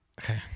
Okay